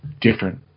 different